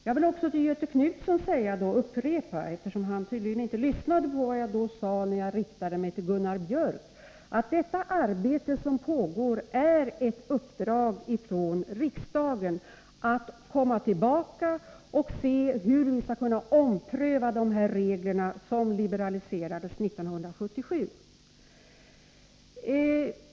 Jag vill upprepa till Göthe Knutson, eftersom han tydligen inte lyssnade på vad jag sade när jag riktade mig till Gunnar Biörck, att det arbete som pågår är ett uppdrag från riksdagen att ompröva reglerna, som liberaliserades år 1977, och sedan komma med förslag.